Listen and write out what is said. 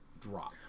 drop